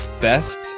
best